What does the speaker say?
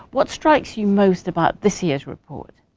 what strikes you most about this year's report?